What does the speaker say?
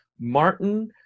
Martin